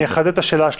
אני אחדד את השאלה שלי.